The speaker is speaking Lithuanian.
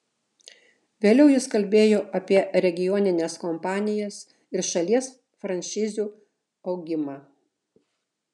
vėliau jis kalbėjo apie regionines kompanijas ir šalies franšizių augimą